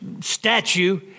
statue